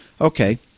okay